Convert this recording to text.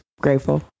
grateful